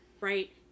right